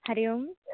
Hari Om